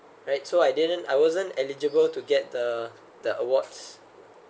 right so I didn't I wasn't eligible to get the the awards